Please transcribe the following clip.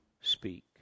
speak